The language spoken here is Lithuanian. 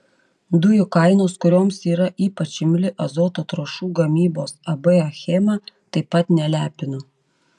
dujų kainos kurioms yra ypač imli azoto trąšų gamybos ab achema taip pat nelepino